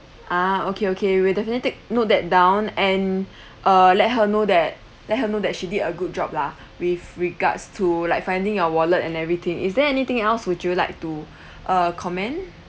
ah okay okay we definitely take note that down and uh let her know that let her know that she did a good job lah with regards to like finding your wallet and everything is there anything else would you like to uh comment